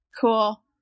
Cool